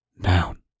down